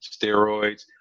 steroids